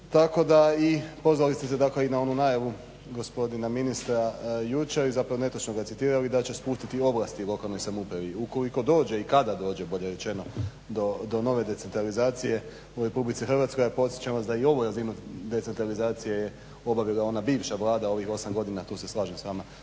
Tako da, i pozvali ste dakle i na onu najavu gospodina ministra jučer i zapravo netočno ga citirali da će spustiti ovlasti u lokalnoj samoupravi ukoliko dođe i kada dođe bolje rečeno do nove decentralizacije u RH. A podsjećam vas da i ovu razinu decentralizacije je obavila ona bivša Vlada u ovih 8 godina, tu se slažem s vama,